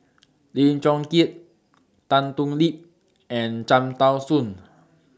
Lim Chong Keat Tan Thoon Lip and Cham Tao Soon